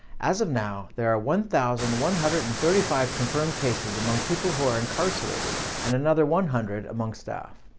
as of now, there are one thousand one hundred and thirty five confirmed cases among people who are incarcerated, and another one hundred among staff.